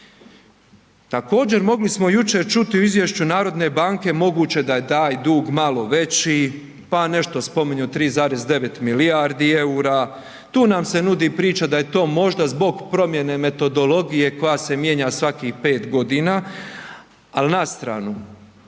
Također, mogli smo jučer čuti u izvješću narodne banke, moguće da je taj dug malo veći, pa nešto spominju 3,9 milijardi eura, tu nam se nudi priča da je to možda zbog promjene metodologije koja se mijenja svakih 5 godina, ali na stranu